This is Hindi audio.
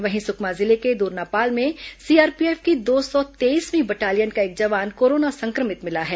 वहीं सुकमा जिले के दोरनापाल में सीआरपीएफ की दो सौ तेईसवीं बटालियन का एक जवान कोरोना संक्रमित मिला है